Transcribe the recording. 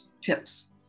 tips